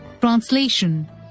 translation